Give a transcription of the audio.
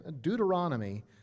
Deuteronomy